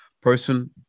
person